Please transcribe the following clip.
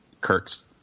kirk's